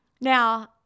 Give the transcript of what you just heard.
now